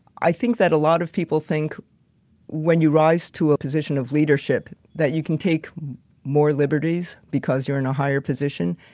i think that a lot of people think when you rise to a position of leadership, that you can take more liberties because you're in a higher position.